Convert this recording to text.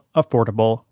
affordable